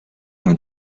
una